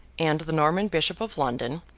and the norman bishop of london,